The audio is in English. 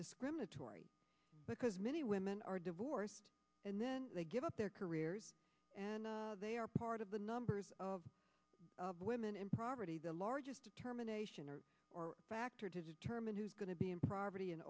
discriminatory because many women are divorced and then they give up their careers and they are part of the numbers of women and property the largest determination or factor to term and who's going to be in property in